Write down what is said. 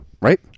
Right